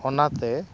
ᱚᱱᱟᱛᱮ